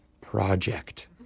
Project